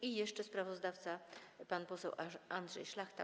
I jeszcze sprawozdawca, pan poseł Andrzej Szlachta.